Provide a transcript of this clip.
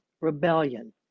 rebellion